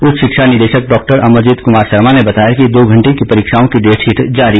उच्च शिक्षा निदेशक डाक्टर अमरजीत कुमार शर्मा ने बताया कि दो घंटे की परीक्षाओं की डेटशीट जारी कर दी गई है